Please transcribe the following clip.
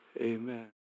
Amen